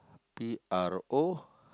P R O